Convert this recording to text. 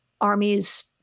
armies